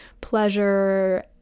pleasure